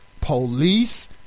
police